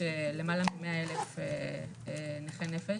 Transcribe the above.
יש יותר למעלה ממאה אלף נכי נפש